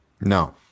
no